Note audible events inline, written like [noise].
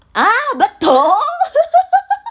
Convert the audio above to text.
ah betul [laughs]